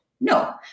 No